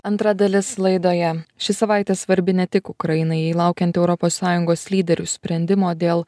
antra dalis laidoje ši savaitė svarbi ne tik ukrainai jai laukiant europos sąjungos lyderių sprendimo dėl